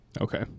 Okay